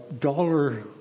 dollar